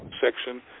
section